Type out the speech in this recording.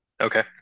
Okay